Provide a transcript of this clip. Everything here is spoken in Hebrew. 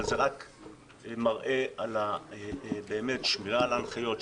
זה מראה על שמירה על ההנחיות,